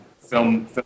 film